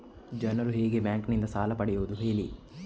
ಜನರು ಹೇಗೆ ಬ್ಯಾಂಕ್ ನಿಂದ ಸಾಲ ಪಡೆಯೋದು ಹೇಳಿ